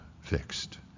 fixed